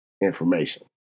information